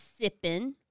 sipping